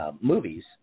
movies